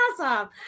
awesome